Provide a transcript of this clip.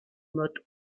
mode